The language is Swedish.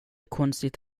konstigt